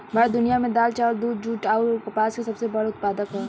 भारत दुनिया में दाल चावल दूध जूट आउर कपास के सबसे बड़ उत्पादक ह